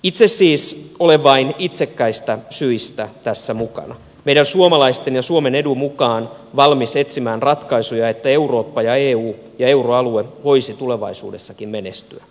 itse siis olen vain itsekkäistä syistä tässä mukana meidän suomalaisten ja suomen edun mukaan valmis etsimään ratkaisuja että eurooppa ja eu ja euroalue voisi tulevaisuudessakin menestyä